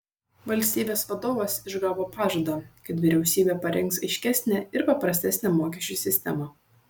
valstybės vadovas išgavo pažadą kad vyriausybė parengs aiškesnę ir paprastesnę mokesčių sistemą